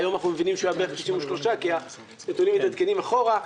היום אנחנו מבינים שהיה בערך 93 כי הנתונים מתעדכנים אחורה,